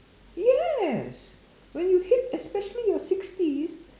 yes when you hit especially your sixties